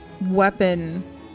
weapon